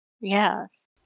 Yes